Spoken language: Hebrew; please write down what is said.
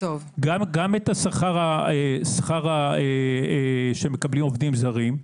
גם את השכר שמקבלים עובדים זרים,